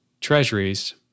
treasuries